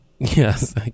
Yes